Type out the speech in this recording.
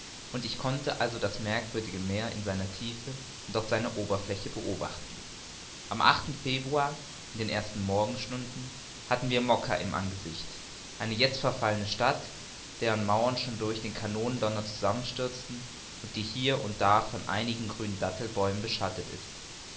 und ich konnte also das merkwürdige meer in seiner tiefe und auf seiner oberfläche beobachten am februar in den ersten morgenstunden hatten wir mocca im angesicht eine jetzt verfallene stadt deren mauern schon durch den kanonendonner zusammenstürzen und die hier und da von einigen grünen dattelbäumen beschattet ist